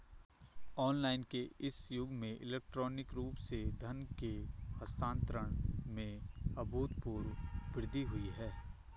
online के इस युग में इलेक्ट्रॉनिक रूप से धन के हस्तांतरण में अभूतपूर्व वृद्धि हुई है